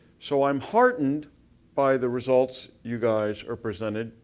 so, i'm heartened by the results you guys are presenting,